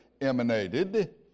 emanated